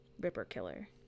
ripper-killer